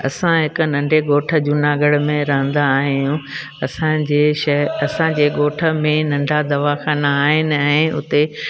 असां हिकु नंढे ॻोठ जूनागढ़ में रहंदा आहियूं असांजे असांजे ॻोठ में नंढा दवाख़ाना आहिनि ऐं उते